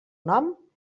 nom